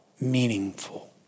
meaningful